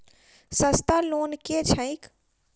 सस्ता लोन केँ छैक